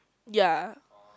yah